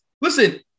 listen